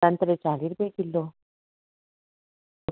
संतरे चाली रपे किलो